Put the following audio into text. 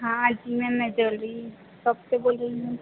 हाँ जी मैम मैं ज्वेलरी सॉप से बोल रही हूँ